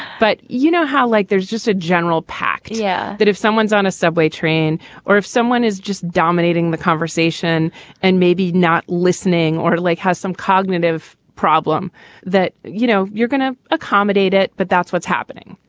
but you know how like there's just a general pack. yeah. that if someone's on a subway train or if someone is just dominating the conversation and maybe not listening or lake has some cognitive problem that, you know, you're going to accommodate it. but that's what's happening.